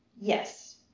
Yes